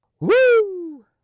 Woo